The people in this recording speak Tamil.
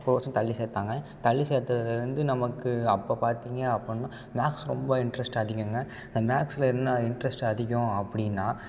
ஒரு வருஷம் தள்ளி சேர்த்தாங்க தள்ளி சேர்த்ததுலயிருந்து நமக்கு அப்போ பார்த்தீங்க அப்புடின்னா மேக்ஸ் ரொம்ப இன்ட்ரெஸ்ட் அதிகங்க அந்த மேக்ஸில் என்ன இன்ட்ரெஸ்ட் அதிகம் அப்படின்னா